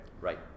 right